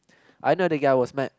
I know the guy was mad